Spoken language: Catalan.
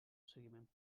seguiment